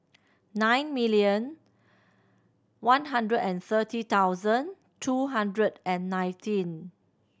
nine million one hundred and thirty thousand two hundred and nineteen